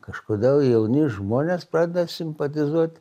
kažkodėl jauni žmonės pradeda simpatizuot